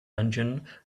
dungeon